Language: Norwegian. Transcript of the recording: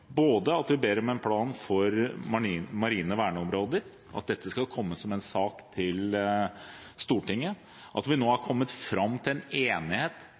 både at vi ber om en plan for marine verneområder, at dette skal komme som en sak til Stortinget, og at vi nå er kommet fram til en enighet,